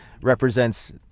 represents